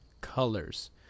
colors